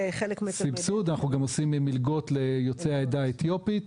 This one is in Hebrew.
אנחנו גם עושים מלגות ליוצאי העדה האתיופית,